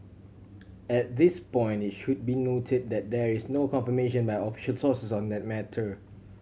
at this point it should be noted that there is no confirmation by official sources on that matter